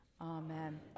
Amen